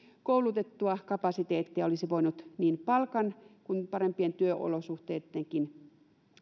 koulutettua kapasiteettia jota olisi voinut niin palkan kuin parempien työolosuhteittenkin